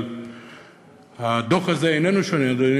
אבל הדוח הזה איננו שונה, אדוני